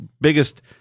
biggest